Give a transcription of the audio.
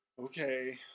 Okay